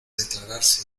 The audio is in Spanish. declararse